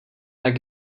tak